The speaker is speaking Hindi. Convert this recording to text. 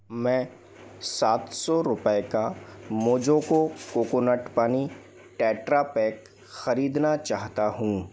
मैं सात सौ रुपए का मोजोको कोकोनट पानी टेट्रापैक खरीदना चाहता हूँ